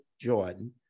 jordan